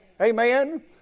Amen